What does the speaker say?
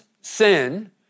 sin